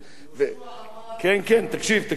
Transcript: יהושע אמר, כן, כן, תקשיב, תקשיב.